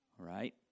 Right